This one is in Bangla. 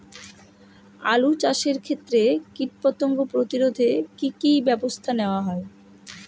আলু চাষের ক্ষত্রে কীটপতঙ্গ প্রতিরোধে কি কী ব্যবস্থা নেওয়া হয়?